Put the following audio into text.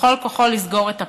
בכל כוחו לסגור את הפער.